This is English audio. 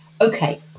okay